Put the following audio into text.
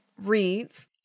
reads